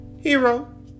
Hero